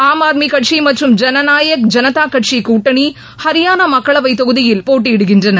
ஆம்ஆத்மி கட்சி மற்றும் ஜனநாயக் ஜனதா கட்சி கூட்டணி ஹரியானா மக்களவை தொகுதியில் போட்டியிடுகின்றன